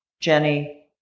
Jenny